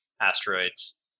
asteroids